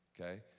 okay